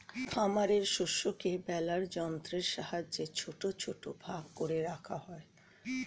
খামারের শস্যকে বেলার যন্ত্রের সাহায্যে ছোট ছোট ভাগ করে রাখা হয়